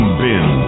bin